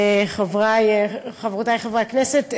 חברי וחברותי חברי הכנסת,